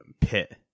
pit